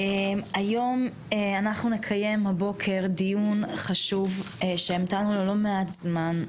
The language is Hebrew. אנחנו נקיים הבוקר דיון חשוב שהמתנו לו לא מעט זמן.